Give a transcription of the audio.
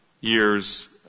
years